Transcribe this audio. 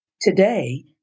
Today